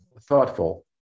thoughtful